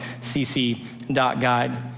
cc.guide